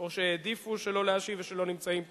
או שהעדיפו שלא להשיב או שלא נמצאים פה.